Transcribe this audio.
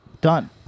Done